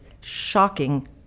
shocking